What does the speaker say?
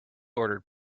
ordered